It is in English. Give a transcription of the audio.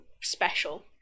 special